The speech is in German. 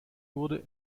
wurde